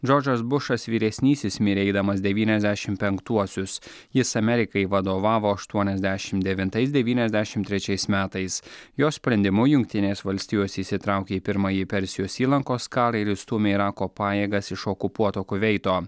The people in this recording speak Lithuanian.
džordžas bušas vyresnysis mirė eidamas devyniasdešimt penktuosius jis amerikai vadovavo aštuoniasdešimt devintais devyniasdešimt trečiais metais jo sprendimu jungtinės valstijos įsitraukė į pirmąjį persijos įlankos karą ir išstūmė irako pajėgas iš okupuoto kuveito